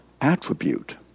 attribute